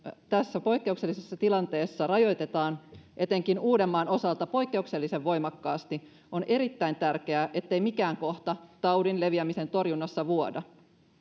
tässä poikkeuksellisessa tilanteessa rajoitetaan etenkin uudenmaan osalta poikkeuksellisen voimakkaasti on erittäin tärkeää ettei mikään kohta taudin leviämisen torjunnassa vuoda